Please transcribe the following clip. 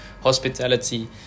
hospitality